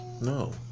no